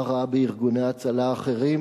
מה רע בארגוני ההצלה האחרים?